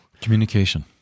Communication